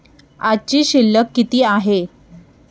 आजची शिल्लक किती आहे?